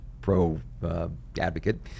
pro-advocate